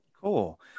cool